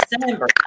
December